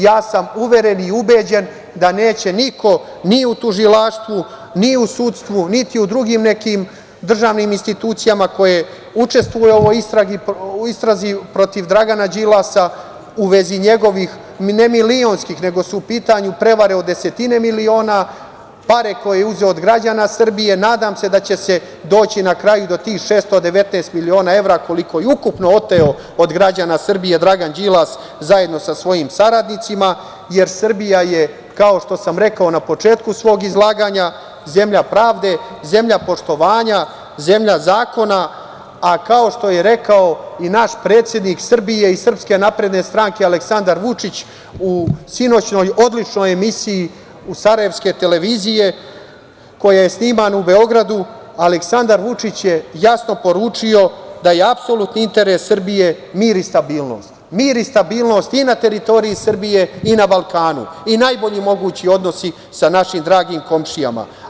Ja sam uveren i ubeđen da neće niko, ni u tužilaštvu, ni u sudstvu, niti u drugim nekim državnim institucijama koje učestvuju u ovoj istrazi protiv Dragana Đilasa u vezi njegovih ne milionskih, nego su u pitanju prevare od desetine miliona, pare koje je uzeo od građana Srbije, nadam se da će se doći na kraju i do tih 619 miliona evra koliko je i ukupno oteo od građana Srbije Dragan Đilas zajedno sa svojim saradnicima, jer Srbija je, kao što sam rekao na početku svog izlaganja, zemlja pravde, zemlja poštovanja, zemlja zakona, a kao što je rekao i naš predsednik Srbije i SNS Aleksandar Vučić, u sinoćnoj odličnoj emisiji sarajevske televizije koja je snimana u Beogradu, Aleksandar Vučić je jasno poručio da apsolutni interes Srbije mir i stabilnost, mir i stabilnost i na teritoriji Srbije i na Balkanu i najbolji mogući odnosi sa našim dragim komšijama.